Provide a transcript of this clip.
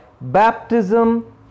baptism